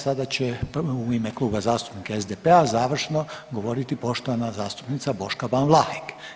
Sada će u ime Kluba zastupnika SDP-a završno govoriti poštovana zastupnica Boška Ban Vlahek.